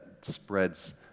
spreads